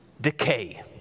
decay